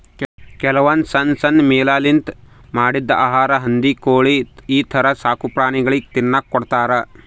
ಕೆಲವೊಂದ್ ಸಣ್ಣ್ ಸಣ್ಣ್ ಮೀನಾಲಿಂತ್ ಮಾಡಿದ್ದ್ ಆಹಾರಾ ಹಂದಿ ಕೋಳಿ ಈಥರ ಸಾಕುಪ್ರಾಣಿಗಳಿಗ್ ತಿನ್ನಕ್ಕ್ ಕೊಡ್ತಾರಾ